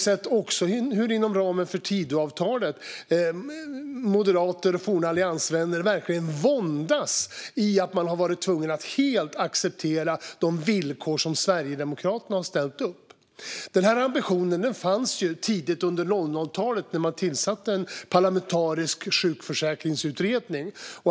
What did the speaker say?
Inom ramen för Tidöavtalet har jag också sett moderater och forna alliansvänner verkligen våndas över att ha varit tvungna att helt acceptera de villkor som Sverigedemokraterna har ställt upp. Den här ambitionen fanns tidigt under 00-talet när man tillsatte en parlamentarisk sjukförsäkringsutredning.